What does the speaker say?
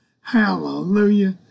Hallelujah